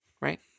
right